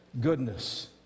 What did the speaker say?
goodness